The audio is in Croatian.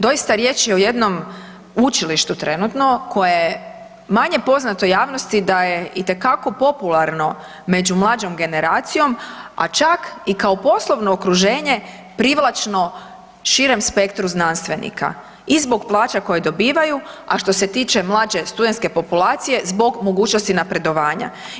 Doista riječ je o jednom učilištu trenutno koje je manje poznato javnosti da je itekako popularno među mlađom generacijom a čak i kao poslovno okruženje, privlačno širem spektru znanstvenika, i zbog plaća koje dobivaju a što se tiče mlađe studentske populacije, zbog mogućnosti napredovanja.